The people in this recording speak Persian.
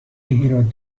هیراد